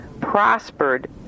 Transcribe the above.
prospered